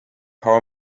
how